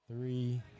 Three